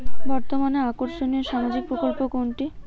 বর্তমানে আকর্ষনিয় সামাজিক প্রকল্প কোনটি?